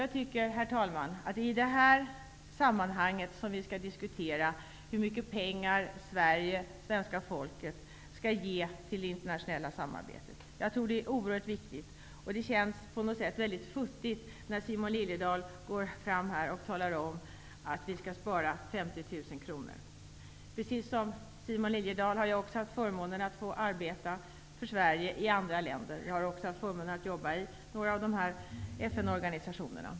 Jag tycker, herr talman, att det är i det här perspektivet som vi skall diskutera hur mycket Sverige och svenska folket skall ge till det internationella samarbetet. Jag tror att det är oerhört viktigt. Det känns väldigt futtigt när Simon Liliedahl talar om att vi skall spara 50 000 kr. Precis som Simon Liliedahl har jag haft förmånen att få arbeta för Sverige i andra länder. Jag har också haft förmånen att arbeta i några av FN-organisationerna.